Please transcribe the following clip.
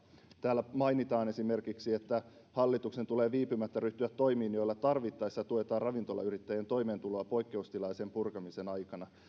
täällä mainitaan esimerkiksi että hallituksen tulee viipymättä ryhtyä toimiin joilla tarvittaessa tuetaan ravintolayrittäjien toimeentuloa poikkeustilan ja sen purkamisen aikana